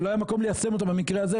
שלא היה מקום ליישם אותה במקרה הזה,